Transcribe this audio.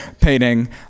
Painting